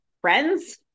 friends